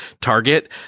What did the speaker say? target